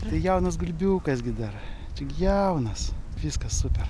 jaunas gulbiukas gi dar jaunas viskas super